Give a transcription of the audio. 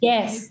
Yes